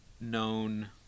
known